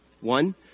One